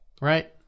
Right